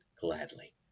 gladly